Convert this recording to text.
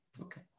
okay